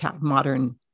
modern